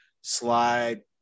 slide